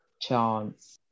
chance